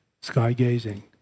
sky-gazing